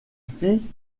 fit